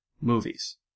movies